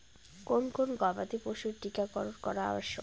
কোন কোন গবাদি পশুর টীকা করন করা আবশ্যক?